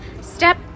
step